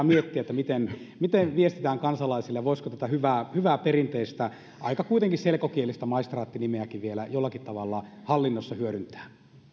miettiä miten miten viestitään kansalaisille ja voisiko tätä hyvää hyvää perinteistä kuitenkin aika selkokielistä maistraatti nimeäkin vielä jollakin tavalla hallinnossa hyödyntää